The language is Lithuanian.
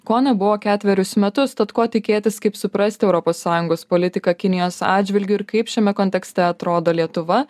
ko nebuvo ketverius metus tad ko tikėtis kaip suprasti europos sąjungos politiką kinijos atžvilgiu ir kaip šiame kontekste atrodo lietuva